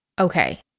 Okay